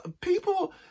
people